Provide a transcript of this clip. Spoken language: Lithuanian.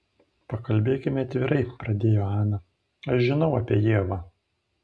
pakalbėkime atvirai pradėjo ana aš žinau apie ievą